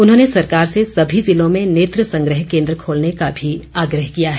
उन्होंने सरकार से सभी जिलों में नेत्र संग्रह केन्द्र खोलने का भी आग्रह किया है